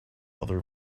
other